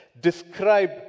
describe